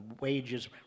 wages